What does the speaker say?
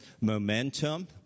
momentum